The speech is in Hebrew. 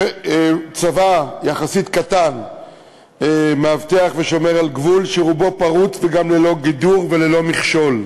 צבא יחסית קטן מאבטח ושומר על גבול שרובו פרוץ וגם ללא גידור וללא מכשול.